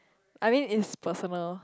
I mean is personal